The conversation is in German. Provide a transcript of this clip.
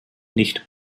nicht